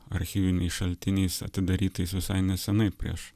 archyviniais šaltiniais atidarytais visai nesenai prieš